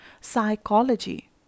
psychology